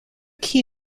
qui